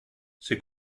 c’est